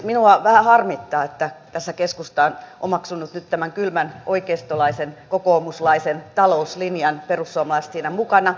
minua vähän harmittaa että tässä keskusta on omaksunut nyt tämän kylmän oikeistolaisen kokoomuslaisen talouslinjan perussuomalaiset siinä mukana